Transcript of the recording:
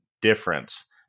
difference